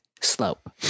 slope